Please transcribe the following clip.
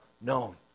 known